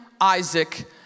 Isaac